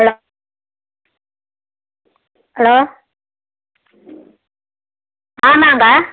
hello hello ஆமாம்ங்க